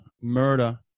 murder